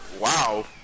Wow